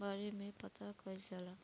बारे में पता कईल जाला